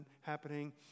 happening